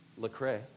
Lecrae